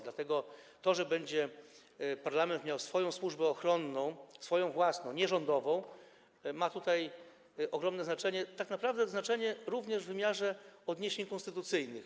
Dlatego to, że parlament będzie miał swoją służbę ochronną, swoją własną, nie rządową, ma tutaj ogromne znaczenie, tak naprawdę znaczenie również w wymiarze odniesień konstytucyjnych.